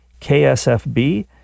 KSFB